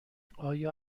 آیا